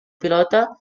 pilota